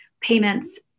payments